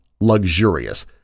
luxurious